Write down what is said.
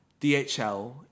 DHL